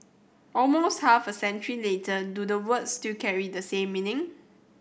almost half a century later do the words still carry the same meaning